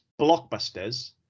blockbusters